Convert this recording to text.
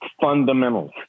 fundamentals